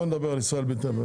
בואו נדבר על ישראל ביתנו,